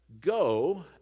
go